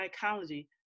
psychology